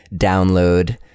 download